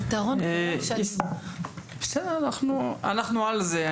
אנחנו על זה.